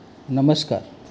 नमस्कार